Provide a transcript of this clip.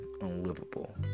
unlivable